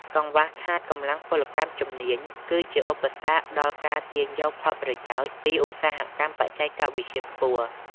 កង្វះខាតកម្លាំងពលកម្មជំនាញ គឺជាឧបសគ្គដល់ការទាញយកផលប្រយោជន៍ពីឧស្សាហកម្មបច្ចេកវិទ្យាខ្ពស់។